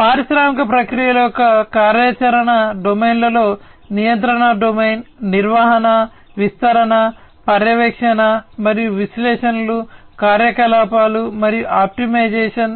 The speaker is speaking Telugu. పారిశ్రామిక ప్రక్రియల యొక్క కార్యాచరణ డొమైన్లో నియంత్రణ డొమైన్ నిర్వహణ విస్తరణ పర్యవేక్షణ మరియు విశ్లేషణలు కార్యకలాపాలు మరియు ఆప్టిమైజేషన్